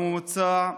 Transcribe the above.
בממוצע,